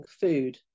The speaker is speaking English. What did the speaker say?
food